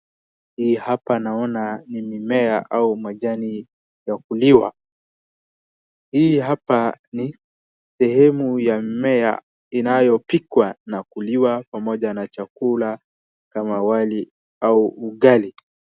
Hii hapa naona ni mimea au majani ya kuliwa. Hii hapa ni sehemu ya mimea inayopikwa na kuliwa pamoja na chakula kama wali au ugali.